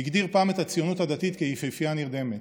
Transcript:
הגדיר פעם את הציונות הדתית כיפהפייה נרדמת.